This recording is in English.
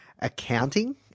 Accounting